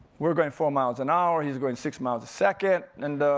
we're going four miles an hour, he's going six miles a second.